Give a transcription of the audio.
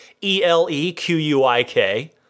E-L-E-Q-U-I-K